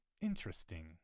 Interesting